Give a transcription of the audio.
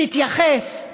תתייחס.